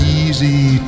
easy